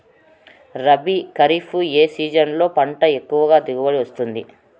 రబీ, ఖరీఫ్ ఏ సీజన్లలో పంట ఎక్కువగా దిగుబడి వస్తుంది